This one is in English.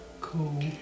Cool